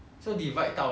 two K ah